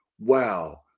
wow